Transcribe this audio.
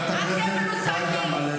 אתם אפילו לא יודעים מתי זה היה.